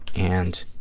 and